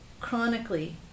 chronically